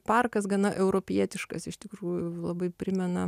parkas gana europietiškas iš tikrųjų labai primena